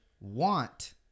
want